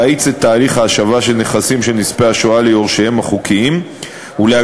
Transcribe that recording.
להאיץ את תהליך ההשבה של נכסים של נספי השואה ליורשיהם החוקיים ולהגדיל